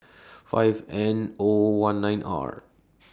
five N O one nine R